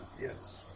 Yes